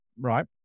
right